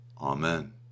Amen